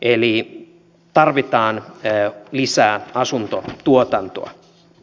eli tarvitaan lisää asuntotuotantoa